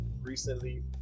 recently